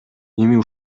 эми